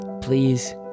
please